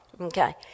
Okay